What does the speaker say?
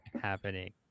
happening